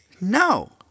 No